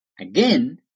again